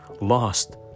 lost